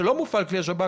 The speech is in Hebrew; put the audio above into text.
שבהם לא מופעל כלי השב"כ,